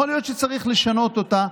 יכול להיות שצריך לשנות אותה.